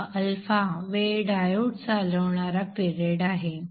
हा α वेळ डायोड चालवणारा पिरेड आहे